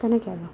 তেনেকৈ আৰু